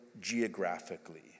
geographically